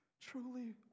truly